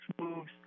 moves